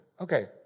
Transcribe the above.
okay